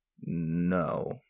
No